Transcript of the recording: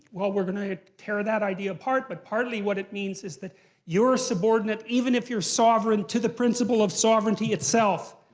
well, we're gonna tear that idea apart, but partly what it means is that you're subordinate, even if you're sovereign, to the principle of sovereignty itself.